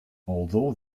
although